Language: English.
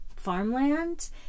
farmland